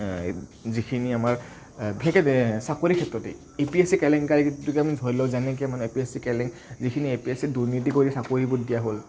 যিখিনি আমাৰ বিশেষকে চাকৰিৰ ক্ষেত্ৰতেই এ পি এছ ছিৰ কেলেংকাৰীটোকে ধৰি লওঁ যেনেকে মানে এ পি এচ চি যিখিনি এ পি এছ ছি দুৰ্নীতি কৰি চাকৰি দিয়া হ'ল